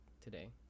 today